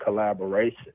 collaboration